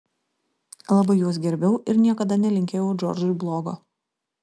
labai juos gerbiau ir niekada nelinkėjau džordžui blogo